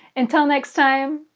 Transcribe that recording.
until next time,